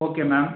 okay ma'am